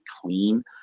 clean